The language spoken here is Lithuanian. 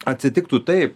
atsitiktų taip